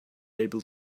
able